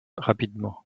rapidement